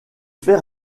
fait